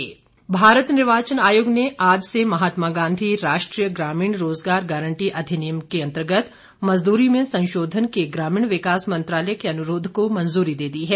निर्वाचन आयोग मनरेगा भारत निर्वाचन आयोग ने आज से महात्मा गांधी राष्ट्रीय ग्रामीण रोजगार गारंटी अधिनियम के अंतर्गत मजदूरी में संशोधन के ग्रामीण विकास मंत्रालय के अनुरोध को मंजूरी दे दी है